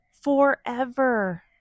forever